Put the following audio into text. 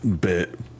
bit